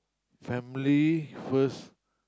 family first